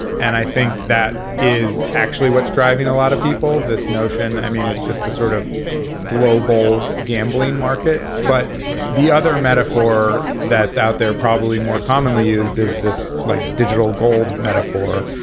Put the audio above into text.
and i think that is actually what's driving a lot of people this notion. i mean it's just a sort of global gambling market. but the other metaphor that's out there probably more commonly used is this like digital gold metaphor.